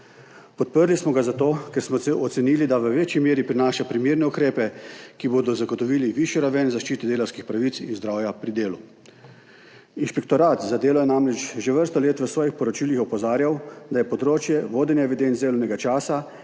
Podprli smo ga zato, ker smo ocenili, da v večji meri prinaša primerne ukrepe, ki bodo zagotovili višjo raven zaščite delavskih pravic in zdravja pri delu. Inšpektorat za delo je namreč že vrsto let v svojih poročilih opozarjal, da je področje vodenja evidenc delovnega časa